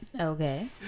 Okay